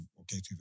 okay